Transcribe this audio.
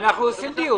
אנחנו עושים דיון.